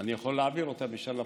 אני יכול להעביר ישר לפרוטוקול,